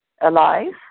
alive